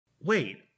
Wait